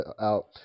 out